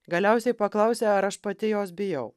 galiausiai paklausė ar aš pati jos bijau